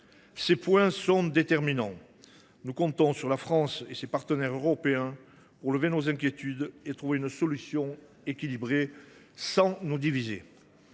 Ces points sont déterminants. Nous comptons sur la France et sur ses partenaires européens pour lever nos inquiétudes et trouver une solution équilibrée, sans nous diviser.